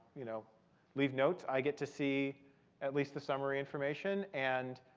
you know leave notes. i get to see at least the summary information and